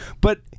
But-